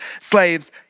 slaves